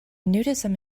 nudism